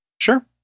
Sure